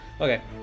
Okay